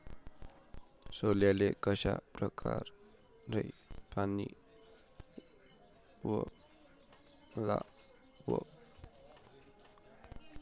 सोल्याले कशा परकारे पानी वलाव?